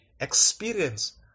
experience